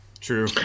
true